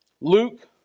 Luke